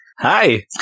Hi